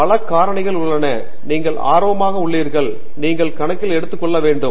எனவே பல காரணிகள் உள்ளன நீங்கள் ஆர்வமாக உள்ளீர்கள் நீங்கள் கணக்கில் எடுத்துக்கொள்ள வேண்டும்